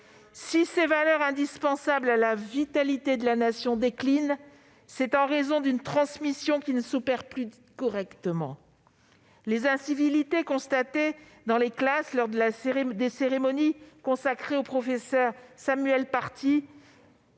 Si ces valeurs indispensables à la vitalité de la Nation déclinent, c'est en raison d'une transmission qui ne s'opère plus correctement. Les incivilités constatées dans les classes, lors des cérémonies consacrées au professeur Samuel Paty,